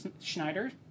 Schneider